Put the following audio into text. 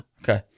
Okay